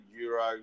euro